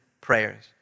prayers